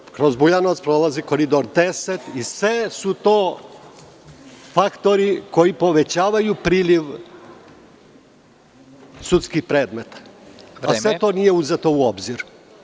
Zatim, kroz Bujanovac prolazi Koridor 10 i sve su to faktori koji povećavaju priliv sudskih predmeta, a sve to nije uzeto u obzir.